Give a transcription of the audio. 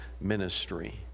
ministry